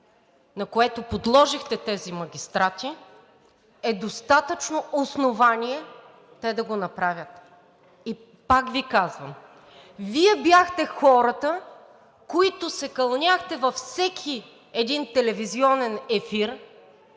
на което подложихте тези магистрати, е достатъчно основание те да го направят. Пак Ви казвам, Вие бяхте хората, които се кълняхте във всеки един телевизионен ефир